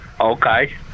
Okay